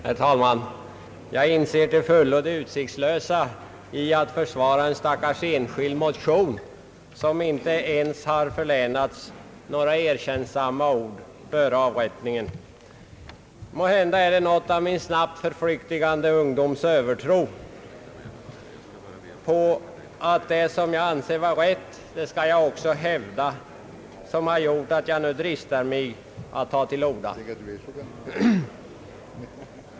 Herr talman! Jag inser till fullo det utsiktslösa i att försvara en stackars enskild motion, som inte ens har förlänats några erkännsamma ord före avrättningen. Måhända är det något av min snabbt förflyktigande ungdoms övertro på att det som jag anser vara rätt, det skall jag också hävda, som har gjort att jag nu dristar mig att ta till orda.